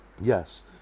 Yes